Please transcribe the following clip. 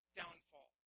downfall